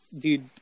Dude